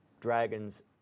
dragons